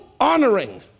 honoring